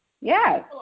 Yes